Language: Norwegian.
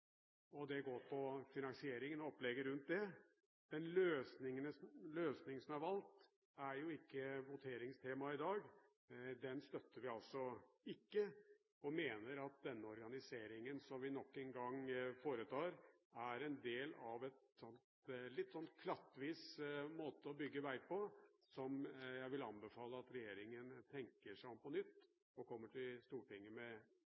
og det går på finansieringen og opplegget rundt det. Den løsningen som er valgt, er jo ikke voteringstema i dag. Den støtter vi altså ikke, og vi mener at denne organiseringen som vi nok en gang foretar, er en del av en litt klattvis måte å bygge vei på. Jeg vil anbefale at regjeringen tenker seg om på nytt og kommer til Stortinget med